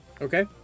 Okay